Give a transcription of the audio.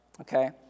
Okay